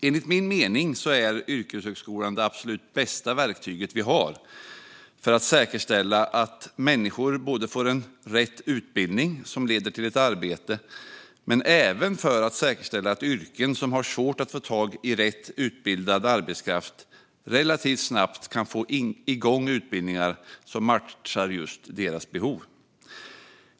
Enligt min mening är yrkeshögskolan det absolut bästa verktyget vi har för att säkerställa att människor får en rätt utbildning som leder till ett arbete, men även för att säkerställa att man för yrken där man har svårt att få tag i rätt utbildad arbetskraft relativt snabbt kan få igång utbildningar som matchar just deras behov.